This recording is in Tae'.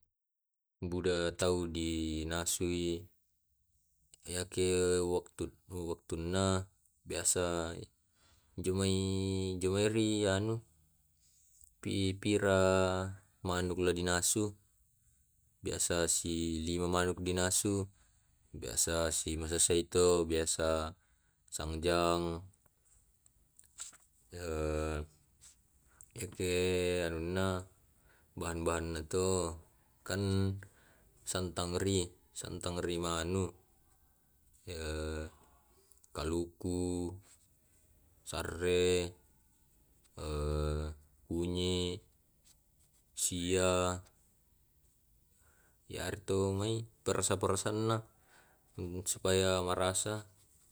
Buda tau dinasui yake wak-waktunna biasa jumai jumairi anu pi pira manuk la dinasu. Biasa si lima manuk dinasu, biasa si masa saito biasa sangjang eke anunna bahan-bahanna to, kan santang ri santang ri manu ya kaluku sarre kunyi sia yartu mai parasan parasaannya supaya marasa.